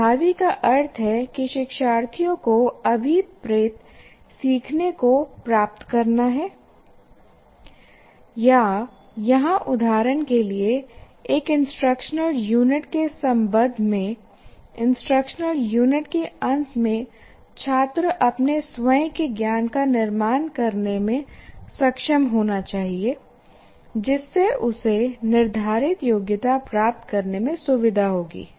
प्रभावी का अर्थ है कि शिक्षार्थियों को अभिप्रेत सीखने को प्राप्त करना है या यहाँ उदाहरण के लिए एक इंस्ट्रक्शनल यूनिट के संबंध में इंस्ट्रक्शनल यूनिट के अंत में छात्र अपने स्वयं के ज्ञान का निर्माण करने में सक्षम होना चाहिए जिससे उसे निर्धारित योग्यता प्राप्त करने में सुविधा होगी